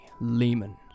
Lehman